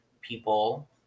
people